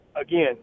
Again